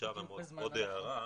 ועוד הערה,